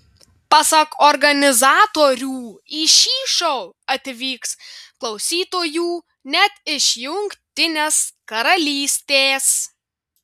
pasak organizatorių į šį šou atvyks klausytojų net iš jungtinės karalystės